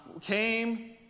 came